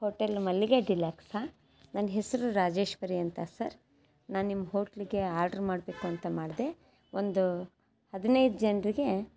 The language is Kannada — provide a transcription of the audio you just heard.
ಹೋಟೆಲ್ ಮಲ್ಲಿಗೆ ಡಿಲಕ್ಸಾ ನನ್ನ ಹೆಸರು ರಾಜೇಶ್ವರಿ ಅಂತ ಸರ್ ನಾನು ನಿಮ್ಮ ಹೋಟ್ಲಿಗೆ ಆರ್ಡ್ರ್ ಮಾಡಬೇಕಂತ ಮಾಡಿದೆ ಒಂದು ಹದಿನೈದು ಜನರಿಗೆ